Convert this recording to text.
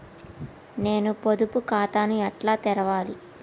నేను పొదుపు ఖాతాను ఎట్లా తెరవాలి?